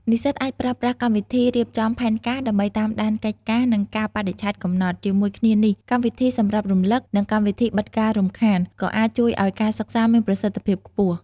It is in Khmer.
និស្សិតអាចប្រើប្រាស់កម្មវិធីរៀបចំផែនការ ដើម្បីតាមដានកិច្ចការ និងកាលបរិច្ឆេទកំណត់ ជាមួយគ្នានេះ កម្មវិធីសម្រាប់រំលឹក និងកម្មវិធីបិទការរំខាន ក៏អាចជួយឲ្យការសិក្សាមានប្រសិទ្ធភាពខ្ពស់។